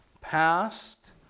past